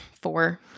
four